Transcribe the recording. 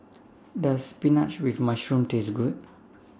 Does Spinach with Mushroom Taste Good